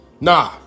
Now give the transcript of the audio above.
Nah